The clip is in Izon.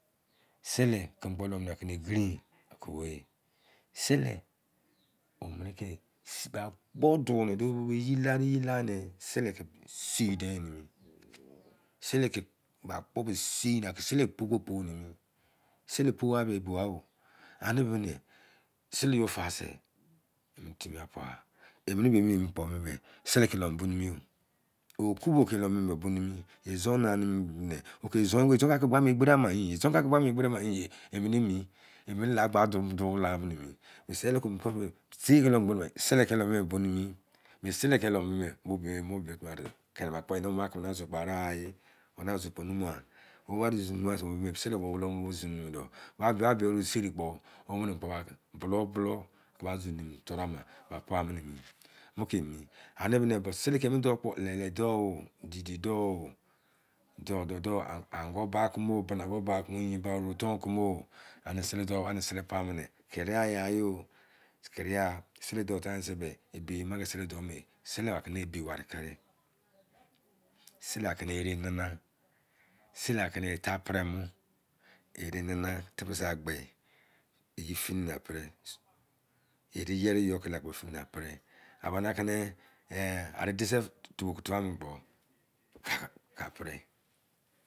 Sili kịmị kpọ lẹimọ nọ egiren kọ bo yi. sili omini ki bẹ akpọọ duu duo mu la eyi laa nẹ sili ki sei dein emi. Sili pou ki pou nimi sili pougha ba ebugha o. Ani bibi ni sili e yọfa sẹ. Emini timi a puəgha. Emini bei mi kpọ bẹ sili ke i lei mọ bịyọ bọ bọ nimi okubo ke ị lei mo bị yọ bo nimi izọn nanimi bịbị nị "okey izon k'aki gbaam' egberi ama? O! Izọn k'aki gbaam egberi ama? O yinye. Imini emi. Imini la gba mudụ laanimi. Be sili kị ị lẹimọ bịyọ bọ nimi. Be sili kọn biyo la nimi. Be kimi be wo maa kini paa kumo san zọzọ kpọ arigha ba zọzọ koo mumugha mo ke mi. Ani bibi ni sili kẹ mọ dọu kpọ didi dọuo! Ango ba kumo! Bina ba kumo! Yin-ba ororo ton kumo! Ani sili-dou pa mịnị kirigha yai yo! Kirigha! Sili dọude tain sẹ ebi yi ama ki kọn sili dọu me sili akini ebi wari keri sili akini ere nana sili aki ni e ta pere mo ere nana. Tibi sa gbe. Eyi fini na pri. Eyi-yeri yi yọ ki lakpo fini'apri a ba ni akini ara dise tubo ki tua mọ kpo kọn a pri